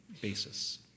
basis